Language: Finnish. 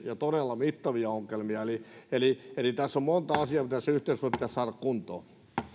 ja todella mittavia ongelmia eli eli tässä yhteiskunnassa on monta asiaa mitkä pitäisi saada kuntoon